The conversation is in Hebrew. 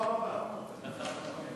והביטחון נתקבלה.